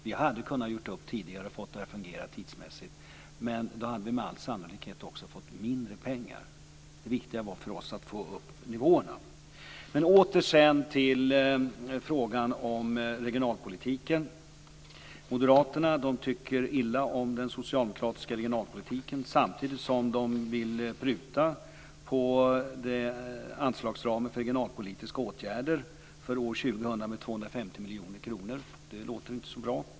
Vi hade kunnat göra upp tidigare och fått det att fungera tidsmässigt, men då hade vi med all sannolikhet också fått mindre pengar. För oss var det viktigt att få upp nivåerna. Låt mig sedan återgå till frågan om regionalpolitiken. Moderaterna tycker illa om den socialdemokratiska regionalpolitiken samtidigt som de vill pruta på anslagsramen för regionalpolitiska åtgärder för år 2000 med 250 miljoner kronor. Det låter inte så bra.